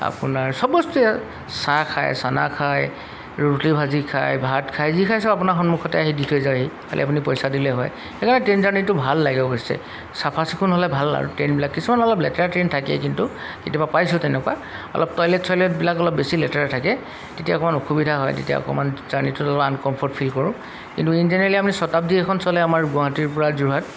আপোনাৰ সব বস্তুৱে চাহ খাই চানা খায় ৰুটি ভাজি খাই ভাত খাই যি খাই সব আপোনাৰ সন্মুখতে আহি দি থৈ যাইহি খালী আপুনি পইচা দিলেই হয় সেইকাৰণে ট্ৰেইন জাৰ্ণিটো ভাল লাগে অৱশ্যে চাফা চিকুণ হ'লে ভাল আৰু ট্ৰেইনবিলাক কিছুমান অলপ লেতেৰা ট্ৰেইন থাকেই কিন্তু কেতিয়াবা পাইছোঁ তেনেকুৱা অলপ টইলেট চইলেটবিলাক অলপ বেছি লেতেৰা থাকে তেতিয়া অকণমান অসুবিধা হয় তেতিয়া অকণমান জাৰ্ণীটোত অলপ আনকমফৰ্ট ফিল কৰোঁ কিন্তু ইন জেনেৰেলি আপুনি শ্বটাব্দি এখন চলে আমাৰ গুৱাহাটীৰ পৰা যোৰহাট